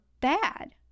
bad